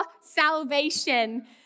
salvation